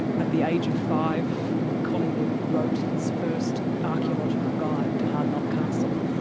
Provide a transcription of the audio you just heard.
at the age of five, collingwood wrote his first archaeological guide to hardknott castle,